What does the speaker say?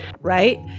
right